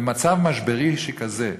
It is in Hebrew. במצב משברי שכזה,